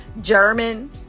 German